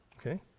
okay